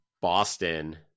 Boston